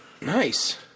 Nice